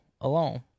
alone